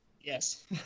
Yes